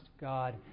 God